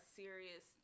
serious